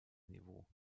niveau